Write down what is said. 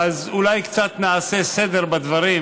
אז אולי נעשה קצת סדר בדברים.